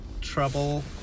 trouble